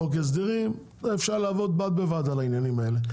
חוק הסדרים" אפשר לעבוד בד בבד על העניינים האלה.